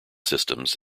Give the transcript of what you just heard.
systems